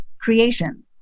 creation